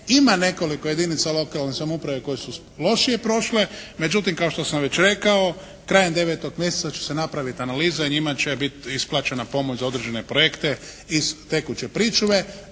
Ima nekoliko jedinica lokalne samouprave koji su lošije prošle, međutim kao što sam već rekao krajem 9. mjeseca će se napraviti analiza i njima će biti isplaćena pomoć za određene projekte iz tekuće pričuve.